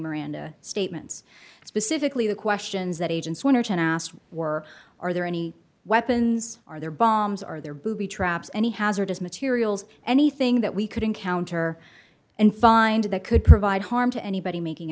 premier and statements specifically the questions that agents were are there any weapons are there bombs are there booby traps any hazardous materials anything that we could encounter and find that could provide harm to anybody making